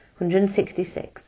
166